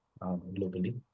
globally